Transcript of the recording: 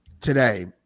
today